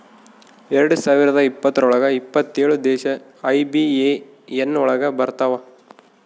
ಎರಡ್ ಸಾವಿರದ ಇಪ್ಪತ್ರೊಳಗ ಎಪ್ಪತ್ತೇಳು ದೇಶ ಐ.ಬಿ.ಎ.ಎನ್ ಒಳಗ ಬರತಾವ